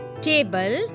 table